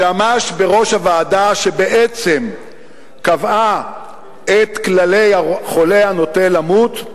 שעמד בראש הוועדה שבעצם קבעה את כללי החולה הנוטה למות,